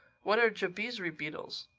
what are jabizri beetles?